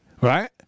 right